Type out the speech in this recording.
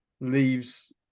leaves